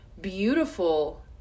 beautiful